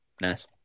Nice